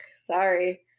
sorry